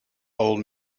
old